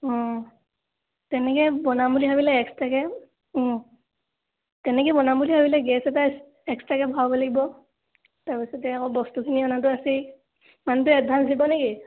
তেনেকৈ বনাম বুলি ভাবিলে এক্সট্ৰাকৈ তেনেকৈ বনাম বুলি ভাবিলে গেছ এটা এক্সট্ৰাকৈ ভৰাব লাগিব তাৰ পিছতে আকৌ বস্তুখিনি অনাটো আছেই মানুহটোৱে এডভাঞ্চ দিবনে কি